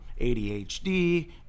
ADHD